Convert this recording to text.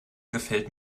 gefällt